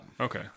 Okay